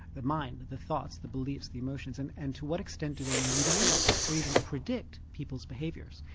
the mind, the thoughts, the beliefs, the emotions, and and to what extent do they mediate or even predict people's behaviours,